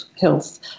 health